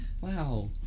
Wow